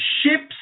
Ships